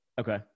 Okay